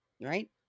right